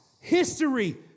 history